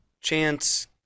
Chance